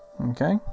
Okay